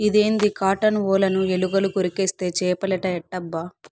ఇదేంది కాటన్ ఒలను ఎలుకలు కొరికేస్తే చేపలేట ఎట్టబ్బా